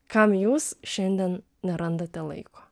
kam jūs šiandien nerandate laiko